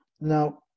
Now